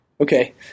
Okay